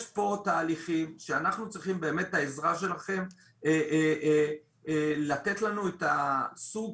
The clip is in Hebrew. יש פה תהליכים שאנחנו צריכים את העזרה שלכם לתת לנו את הסוג